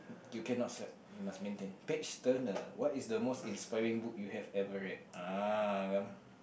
you cannot s~ you must maintain page turner what is the most inspiring book you have ever read ah come